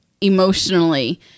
emotionally